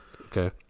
Okay